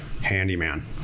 handyman